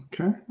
Okay